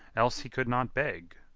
else he could not beg.